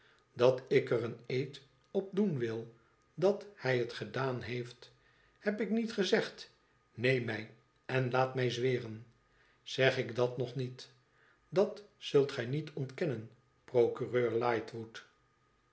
tdat ik er een eed op doen wil dat hij het gedaan heeft heb ik niet gezegd neem mij en laat mij zweren tig ik it nog niet dat zult gij niet ontkennen procureur lightwood